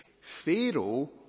pharaoh